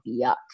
yuck